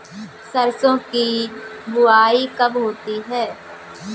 सरसों की बुआई कब होती है?